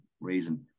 reason